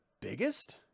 biggest